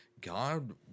God